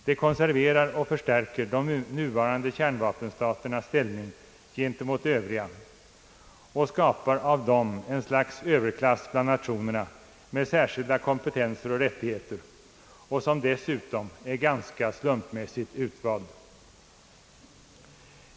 Det konserverar och förstärker de nuvarande kärnvapenstaternas ställning och skapar av dem ett slags överklass bland nationerna med särskilda kompetenser och rättigheter, dessutom ganska slumpmässigt utvald.